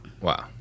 Wow